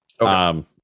Okay